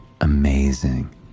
amazing